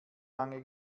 lange